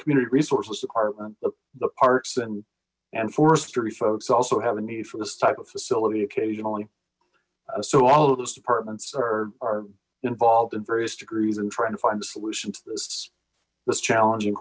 community resources department the parks and and forestry folks also have a need for this type of facility occasionally so all of those departments are involved in various degrees and trying to find a solution to this this challenging